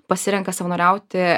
pasirenka savanoriauti